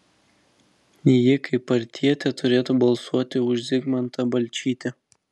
ji kaip partietė turėtų balsuoti už zigmantą balčytį